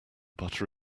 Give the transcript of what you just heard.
butter